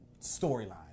storyline